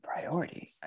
priority